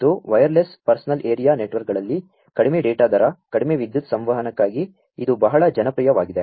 ಮತ್ತು wireless personal area network ಗಳಲ್ಲಿ ಕಡಿಮೆ ಡೇ ಟಾ ದರ ಕಡಿಮೆ ವಿದ್ಯು ತ್ ಸಂ ವಹನಕ್ಕಾ ಗಿ ಇದು ಬಹಳ ಜನಪ್ರಿಯವಾ ಗಿದೆ